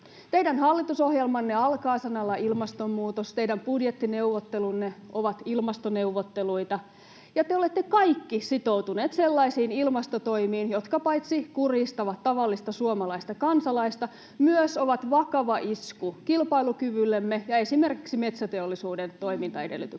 Teidän hallitusohjelmanne alkaa sanalla ”ilmastonmuutos”, teidän budjettineuvottelunne ovat ”ilmastoneuvotteluita”, ja te olette kaikki sitoutuneet sellaisiin ilmastotoimiin, jotka paitsi kurjistavat tavallista suomalaista kansalaista myös ovat vakava isku kilpailukyvyllemme ja esimerkiksi metsäteollisuuden toimintaedellytyksille.